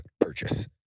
purchase